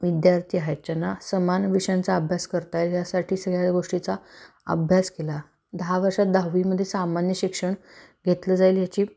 विद्यार्थी आहेत ज्यांना समान विषयांचा अभ्यास करता ये यासाठी सगळ्या गोष्टीचा अभ्यास केला दहा वर्षात दहावीमध्ये सामान्य शिक्षण घेतलं जाईल याची